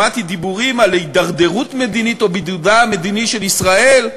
שמעתי דיבורים על הידרדרות מדינית או בידודה המדיני של ישראל,